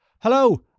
Hello